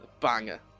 Banger